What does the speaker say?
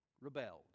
rebelled